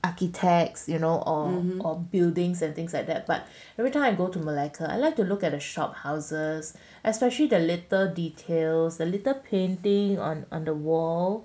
architects you know on or buildings and things like that but every time I go to malacca I like to look at the shophouses especially the little details the little painting on the wall